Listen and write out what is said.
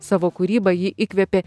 savo kūryba ji įkvėpė